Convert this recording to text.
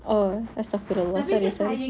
oh astaghfirullah